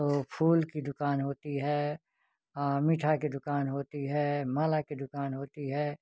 तो फूल की दुकान होती है मिठाई की दुकान होती है माला की दुकान होती है